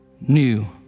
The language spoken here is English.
new